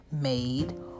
made